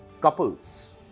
couples